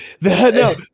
No